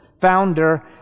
founder